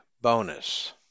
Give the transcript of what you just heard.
bonus